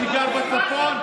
שגר בצפון,